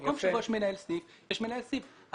מקום שבו יש מנהל סניף, יש מנהל סניף.